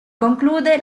conclude